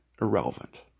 irrelevant